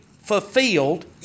fulfilled